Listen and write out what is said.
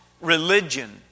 religion